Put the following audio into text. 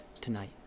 tonight